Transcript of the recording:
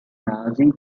nazi